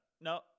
No